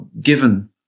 given